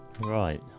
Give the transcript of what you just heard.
Right